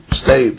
stay